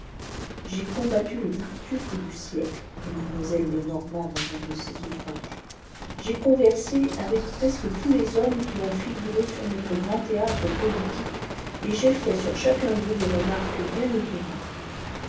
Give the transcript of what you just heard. j'ai combattu les tartufes du siècle dit mademoiselle lenormant dans un de ses ouvrages j ai conversé avec presque tous les hommes qui ont figuré sur notre grand théâtre politique et j'ai fait sur chacun d'eux des refmarques bien étonnantes